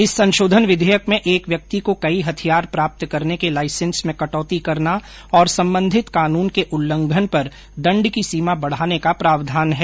इस संशोधन विधेयक में एक व्यक्ति को कई हथियार प्राप्त करने के लाइसेंस में कटौती करना और संबंधित कानून के उल्लंघन पर दंड की सीमा बढाने का प्रावधान है